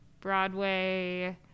broadway